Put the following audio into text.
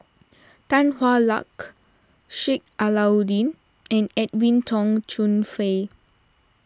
Tan Hwa Luck Sheik Alau'ddin and Edwin Tong Chun Fai